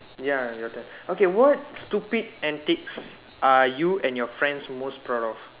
ya your turn okay what stupid antics are you and your friends most proud of